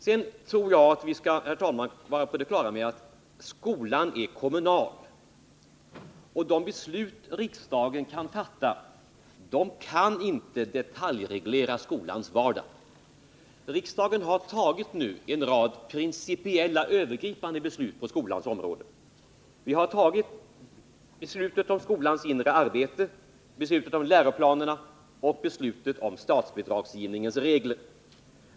Jag tror, herr talman, att vi måste ha klart för oss att skolan är kommunal. De beslut riksdagen fattar kan inte detaljreglera skolans vardag. Riksdagen har nu fattat en rad principiella och övergripande beslut på skolans område. Det gäller beslutet om skolans inre arbete, beslutet om läroplanerna och beslutet om statsbidragsgivningens regler.